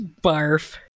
barf